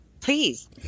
please